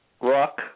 Rock